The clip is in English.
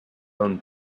own